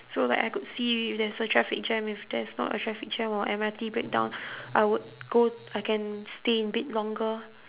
so like I could see if there's a traffic jam if there's not a traffic jam or M_R_T breakdown I would go I can stay in bed longer